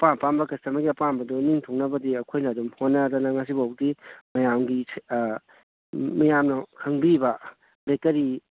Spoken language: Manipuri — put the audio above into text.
ꯑꯄꯥꯝ ꯑꯄꯥꯝꯕ ꯀꯁꯇꯃꯔꯒꯤ ꯑꯄꯥꯝꯕꯗꯨ ꯅꯤꯡꯊꯨꯡꯅꯕꯗꯤ ꯑꯩꯈꯣꯏꯅ ꯑꯗꯨꯝ ꯍꯣꯠꯅꯗꯅ ꯉꯁꯤꯕꯣꯛꯇꯤ ꯃꯌꯥꯝꯒꯤ ꯃꯤꯌꯥꯝꯅ ꯈꯪꯕꯤꯕ ꯕꯦꯛꯀꯔꯤ